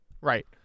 right